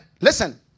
listen